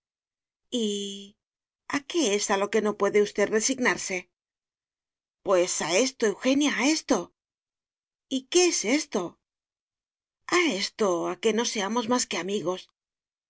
qué es a lo que no puede usted resignarse pues a esto eugenia a esto y qué es esto a esto a que no seamos más que amigos